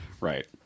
Right